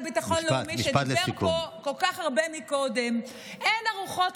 הביטחון האישי של אזרחי ישראל הוא מעל כל המחלוקות והפוליטיקה.